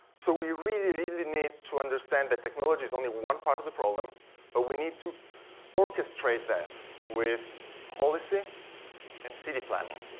so we really really need to understand, that technology is only one part of the problem but ah we need to orchestrate that with policy and city planning.